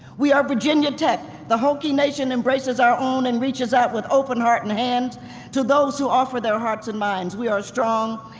we are virginia tech. the hokie nation embraces our own and reaches out with open heart and hands to those who offer their hearts and minds. we are strong,